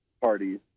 parties